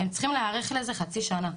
הם צריכים להיערך לזה חצי שנה.